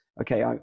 okay